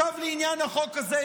עכשיו לעניין החוק הזה.